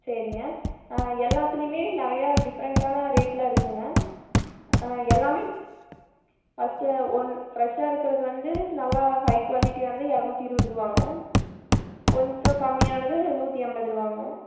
சரிங்க ஆ எல்லாத்லைலையுமே நிறையா டிஃப்ரெண்ட்டான ரேட்லாம் இருக்குங்க ஆ எல்லாமே ஃபர்ஸ்ட்டு ஒன் ஃப்ரெஷாக இருக்கிறது வந்து நல்லா ஹை குவாலிட்டியானது எரநூற்றி இருபது ரூவாங்க கொஞ்சம் கம்மியானது நூற்றி எண்பதுரூவாங்க